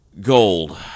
Gold